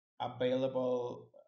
available